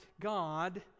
God